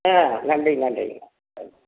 ஆ நன்றி நன்றிங்கம்மா தேங்க்ஸ்